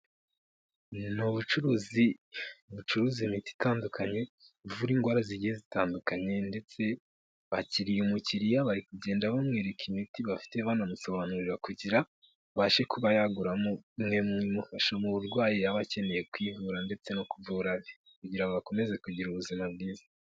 Ni ubucuruzi bucuruza imiti itandukanye, buvura indwara zigiye zitandukanye ndetse bakiriye umukiriya, bari kugenda bamwereka imiti bafite banamusobanurira kugira abashe kuba yaguramo umwe mu imufasha mu burwayi yaba akeneye kwivura ndetse no kuvura abe, kugira bakomeze kugira ubuzima bwiza.